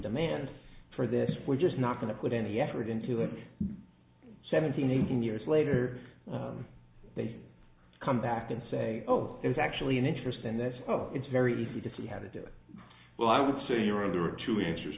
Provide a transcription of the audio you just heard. demand for this we're just not going to put any effort into it seventeen eighteen years later they come back and say oh there's actually an interest and that's it's very easy to see how to do it well i would say here and there are two answers